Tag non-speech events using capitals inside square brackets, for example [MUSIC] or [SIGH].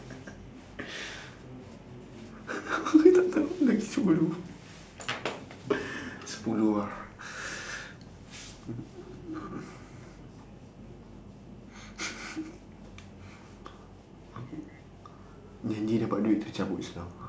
[LAUGHS] tak tahu lagi sepuluh sepuluh ah [LAUGHS] janji dapat duit terus cabut sudah